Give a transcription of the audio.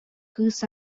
кыыс